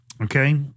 okay